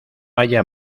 haya